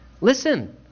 Listen